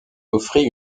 offrit